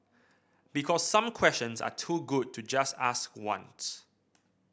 because some questions are too good to just ask once